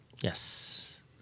Yes